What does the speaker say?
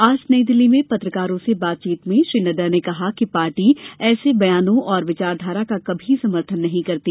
आज नई दिल्ली में पत्रकारों से बातचीत में श्री नड्डा ने कहा कि पार्टी एसे बयानों और विचारधारा का कभी समर्थन नहीं करती